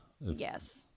Yes